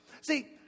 See